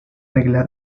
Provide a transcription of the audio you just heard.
regla